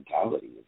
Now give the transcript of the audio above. mentality